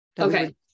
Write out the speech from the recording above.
Okay